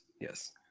yes